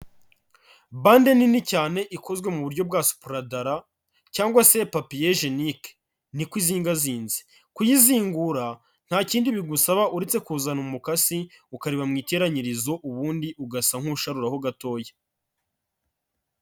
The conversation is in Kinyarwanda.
Bande nini cyane ikozwe mu buryo bwa spardara cyangwa se papier genique. Niko izingazinze, kuyizingura nta kindi bigusaba uretse kuzana umukasi ukarebaba mu iteranyirizo, ubundi ugasa nk'usharuraho gatoya.